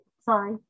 sorry